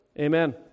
Amen